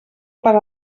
per